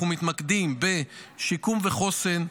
אנחנו מתמקדים בשיקום וחוסן,